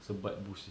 sebat Boost jer